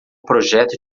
projeto